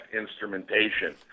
instrumentation